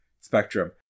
spectrum